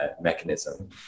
mechanism